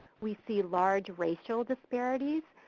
we see large racial disparities.